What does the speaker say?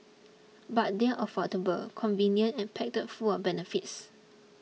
but they are affordable convenient and packed full of benefits